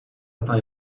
hata